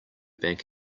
bank